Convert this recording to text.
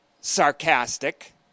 sarcastic